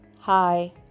Hi